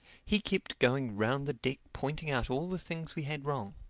he kept going round the deck pointing out all the things we had wrong.